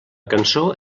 cançó